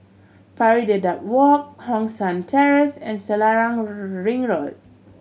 Pari Dedap Walk Hong San Terrace and Selarang Ring Road